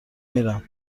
میرم